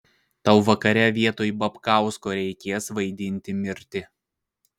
tau vakare vietoj babkausko reikės vaidinti mirtį